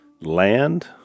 land